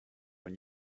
when